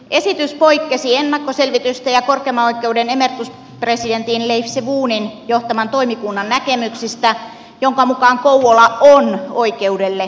esitys poikkesi ennakkoselvitysten ja korkeimman oikeuden emerituspresidentin leif sevonin johtaman toimikunnan näkemyksestä jonka mukaan kouvola on oikeudelle sopivin paikka